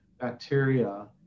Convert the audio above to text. bacteria